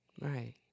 Right